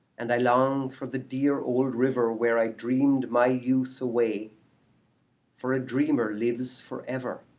and i long for the dear old river, where i dreamed my youth away for a dreamer lives forever,